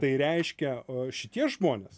tai reiškia šitie žmonės